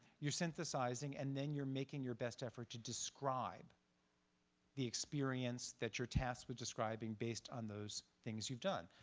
you're synthesizing, and then you're making your best effort to describe the experience that your tasked with describing based on those things you've done.